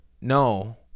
no